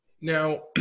now